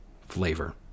flavor